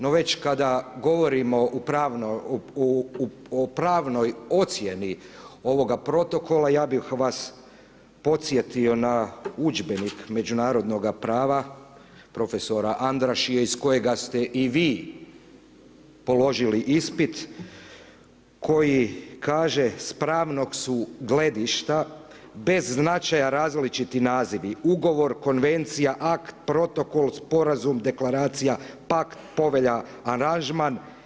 No već kada govorimo o pravnoj ocjeni ovoga protokola ja bih vas podsjetio na udžbenik međunarodnoga prava prof. Andrassya iz kojega ste i vi položili ispit koji kaže s pravnog su gledišta bez značaja različiti nazivi, ugovor, konvencija, akt, protokol, sporazum, deklaracija, pakt, povelja, aranžman.